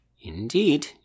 Indeed